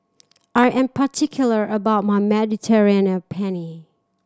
I am particular about my Mediterranean and Penne